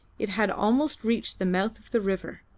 it had almost reached the mouth of the river.